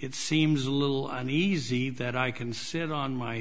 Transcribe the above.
it seems a little uneasy that i can sit on my